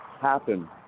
happen